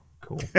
Cool